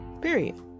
Period